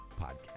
podcast